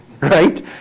right